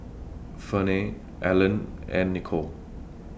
Ferne Alleen and Nicole